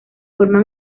forma